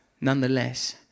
Nonetheless